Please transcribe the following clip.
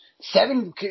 Seven –